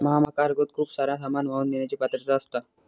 महाकार्गोत खूप सारा सामान वाहून नेण्याची पात्रता असता